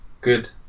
Good